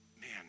man